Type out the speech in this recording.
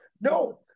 No